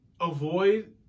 avoid